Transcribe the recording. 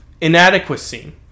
inadequacy